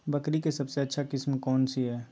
बकरी के सबसे अच्छा किस्म कौन सी है?